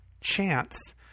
chance